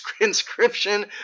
inscription